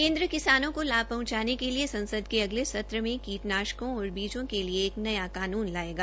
केन्द्र किसानों को लाभ पहंचाने के लिए संसद के अगले सत्र में कीटनाशकों और बीजों के लिए एक न्या कानून लायेगा